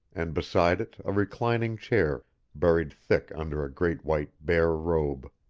and beside it a reclining chair buried thick under a great white bear robe.